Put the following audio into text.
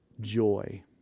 joy